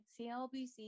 CLBC